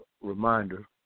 reminder